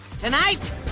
Tonight